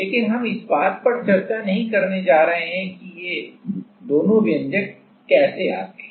लेकिन हम इस बात पर चर्चा नहीं करने जा रहे हैं कि ये दोनों व्यंजक कैसे आते हैं